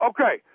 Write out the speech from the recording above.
Okay